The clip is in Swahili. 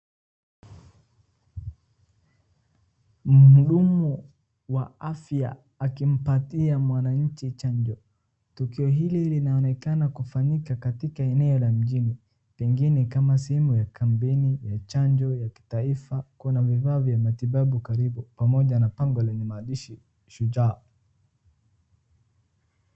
Muhudumu wa afya akimpatia mwananchi chanjo, tukio hili linaonekana kufanyika katika eneo la mjini pengine kama sehemu ya kampeni ya chanjo ya kitaifa Kuna vifaa vya matibabu karibu karibu na pango lenye maandishi Shujaa.